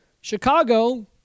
Chicago